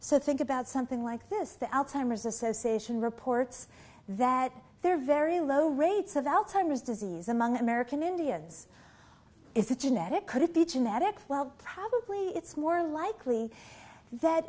so think about something like this the alzheimer's association reports that there are very low rates of alzheimer's disease among american indians is it genetic could it be genetic well probably it's more likely that